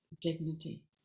dignity